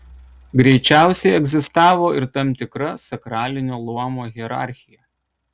greičiausiai egzistavo ir tam tikra sakralinio luomo hierarchija